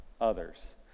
others